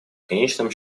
конечном